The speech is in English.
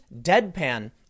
deadpan